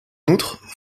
outre